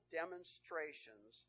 demonstrations